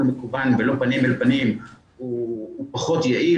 מקוון ולא פנים אל פנים הוא פחות יעיל,